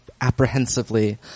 apprehensively